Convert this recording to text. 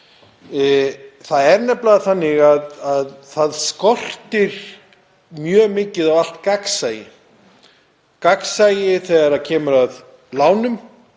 Það er nefnilega þannig að það skortir mjög mikið á allt gagnsæi; gagnsæi þegar kemur að lánum,